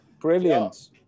brilliant